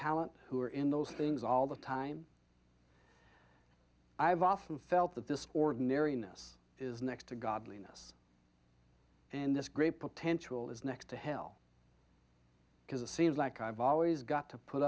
talent who are in those things all the time i've often felt that this ordinariness is next to godliness in this great potential is next to hell because it seems like i've always got to put